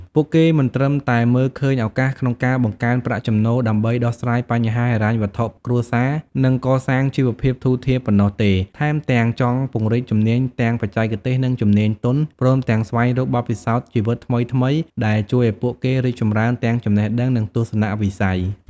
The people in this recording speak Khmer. ពួកគេមិនត្រឹមតែមើលឃើញឱកាសក្នុងការបង្កើនប្រាក់ចំណូលដើម្បីដោះស្រាយបញ្ហាហិរញ្ញវត្ថុគ្រួសារ និងកសាងជីវភាពធូរធារប៉ុណ្ណោះទេ ថែមទាំងចង់ពង្រីកជំនាញទាំងបច្ចេកទេស និងជំនាញទន់ ព្រមទាំងស្វែងរកបទពិសោធន៍ជីវិតថ្មីៗដែលជួយឱ្យពួកគេរីកចម្រើនទាំងចំណេះដឹង និងទស្សនវិស័យ។